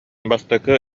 бастакы